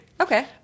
Okay